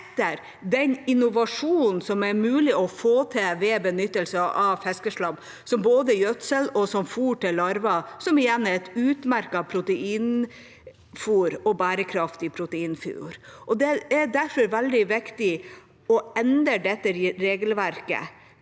etter den innovasjonen som er mulig å få til ved benyttelse av fiskeslam som både gjødsel og fôr til larver, som igjen er et utmerket og bærekraftig proteinfôr. Det er derfor veldig viktig å endre dette regelverket.